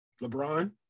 LeBron